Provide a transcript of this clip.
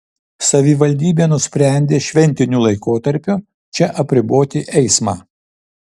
savivaldybė nusprendė šventiniu laikotarpiu čia apriboti eismą